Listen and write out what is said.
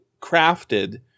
crafted